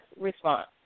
response